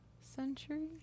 century